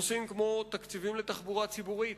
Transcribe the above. נושאים כמו תקציבים לתחבורה ציבורית.